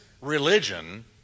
religion